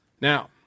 Now